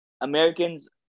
Americans